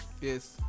Yes